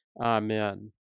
Amen